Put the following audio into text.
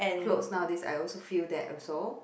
because nowadays I also feel that also